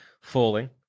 falling